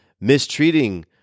mistreating